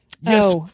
yes